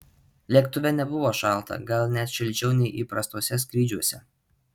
lėktuve nebuvo šalta gal net šilčiau nei įprastuose skrydžiuose